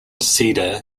cedar